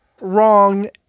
wrong